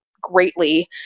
greatly